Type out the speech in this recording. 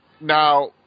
Now